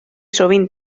sovint